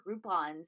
Groupons